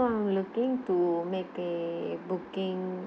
~o I'm looking to make a booking